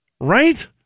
Right